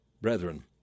Brethren